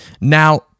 Now